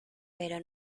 pero